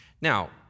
Now